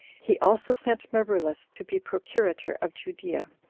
he also sent marullus to be procurator of judea.